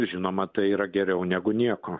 žinoma tai yra geriau negu nieko